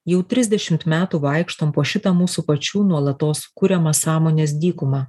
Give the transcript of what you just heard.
jau trisdešimt metų vaikštom po šitą mūsų pačių nuolatos kuriamą sąmonės dykumą